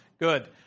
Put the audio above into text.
good